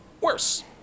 worse